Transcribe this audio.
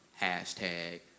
hashtag